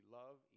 love